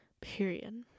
Period